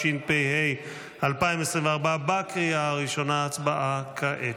התשפ"ה 2024. הצבעה כעת.